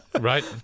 Right